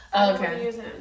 Okay